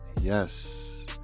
yes